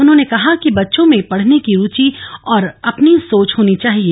उन्होंने कहा कि बच्चों में पढ़ने की रुचि और अपनी सोच होनी चाहिए